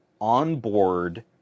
onboard